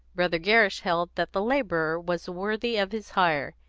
brother gerrish held that the labourer was worthy of his hire,